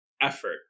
effort